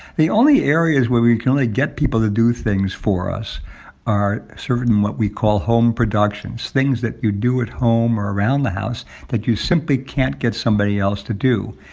the only areas where we can really get people to do things for us are certain, what we call, home productions, things that you do at home or around the house that you simply can't get somebody else to do.